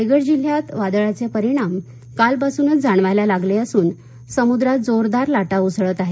रायगड जिल्ह्यात वादळाचे परिणाम काल पासूनच जाणवायला लागले असून समुद्रात जोरदार लाटा उसळत आहेत